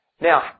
Now